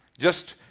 just